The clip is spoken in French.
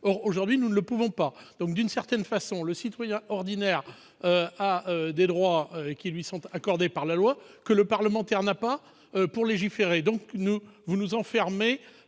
Aujourd'hui, nous ne le pouvons pas ! D'une certaine façon, le citoyen ordinaire a des droits qui lui sont accordés par la loi dont le parlementaire ne dispose pas pour légiférer. Vous nous enfermez